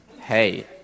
Hey